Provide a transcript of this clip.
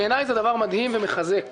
בעיניי זה דבר מדהים ומחזק.